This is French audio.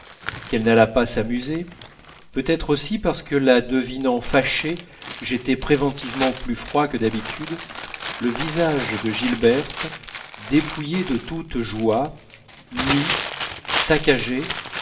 qu'elle n'allât pas s'amuser peut-être aussi parce que la devinant fâchée j'étais préventivement plus froid que d'habitude le visage de gilberte dépouillé de toute joie nu saccagé